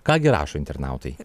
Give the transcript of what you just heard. ką gi rašo internautai